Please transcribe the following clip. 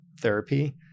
therapy